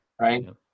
right